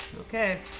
Okay